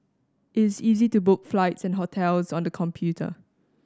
it's easy to book flights and hotels on the computer